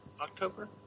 October